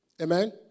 Amen